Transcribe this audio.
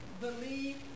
believe